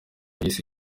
yise